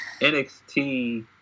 NXT